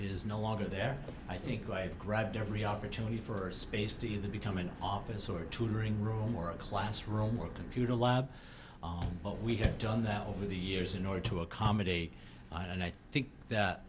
is no law her there i think i grabbed every opportunity for space to either become an office or tutoring room or a classroom or computer lab but we have done that over the years in order to accommodate and i think that